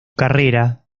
carrera